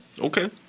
Okay